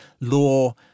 law